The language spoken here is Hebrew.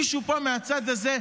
מישהו פה מהצד הזה,